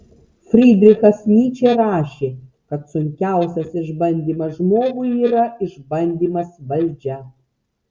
frydrichas nyčė rašė kad sunkiausias išbandymas žmogui yra išbandymas valdžia